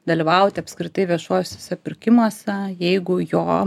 dalyvauti apskritai viešuosiuose pirkimuose jeigu jo